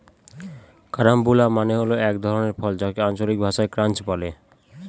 carambola মানে হল এক ধরনের ফল যাকে আঞ্চলিক ভাষায় ক্রাঞ্চ বলে